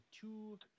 two